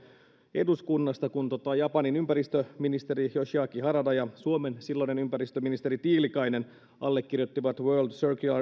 eduskunnasta kun japanin ympäristöministeri yoshiaki harada ja suomen silloinen ympäristöministeri tiilikainen allekirjoittivat world circular